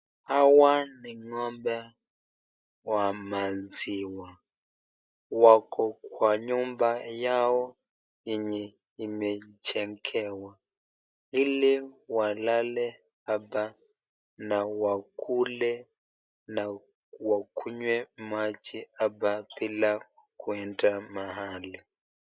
Hawa ni ngo'mbe wa maziwa wako Kwa nyumba yao yenye imechengewa hili walale hapa na wakule na wakunywe maji hapa bila kuenda mahali.